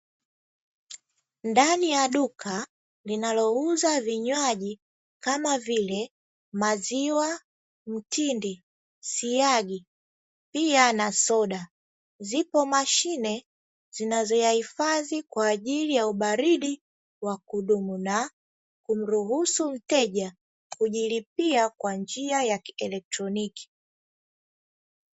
Ndani ya duka linalouza vinywaji kama vile: maziwa, mtindi, siagi, pia na soda; zipo mashine zinazoyahifadhi kwa ajili ya ubaridi wa kudumu na kumruhusu mteja kujilipia kwa njia ya kielektroniki.